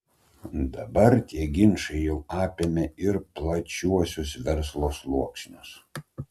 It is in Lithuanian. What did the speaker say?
dabar tie ginčai jau apėmė ir plačiuosius verslo sluoksnius